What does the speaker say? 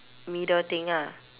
middle thing ah